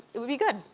it would be good.